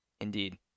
Indeed